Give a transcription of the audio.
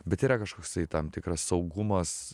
bet yra kažkoksai tam tikras saugumas